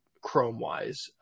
Chrome-wise